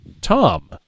Tom